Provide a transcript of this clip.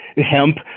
hemp